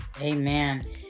Amen